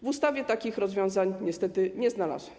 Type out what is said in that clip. W ustawie takich rozwiązań niestety nie znalazłam.